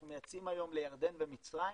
אנחנו מייצאים היום לירדן ומצרים,